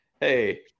hey